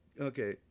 Okay